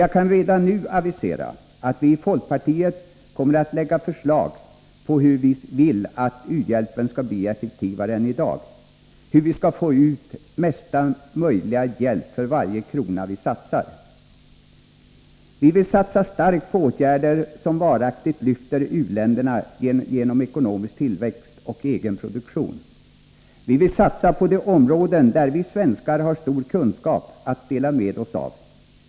Jag kan redan nu avisera att vi i folkpartiet kommer att lägga förslag om hur vi skall få u-hjälpen effektivare än i dag, hur vi skall få ut mesta möjliga hjälp för varje krona vi satsar. Vi vill satsa starkt på åtgärder som varaktigt lyfter u-länder genom ekonomisk tillväxt och egen produktion. Vi vill satsa på de områden där vi svenskar har stor kunskap att dela med oss av.